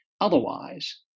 otherwise